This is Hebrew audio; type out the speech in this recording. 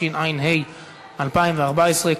התשע"ה 2014,